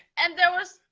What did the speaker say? and there was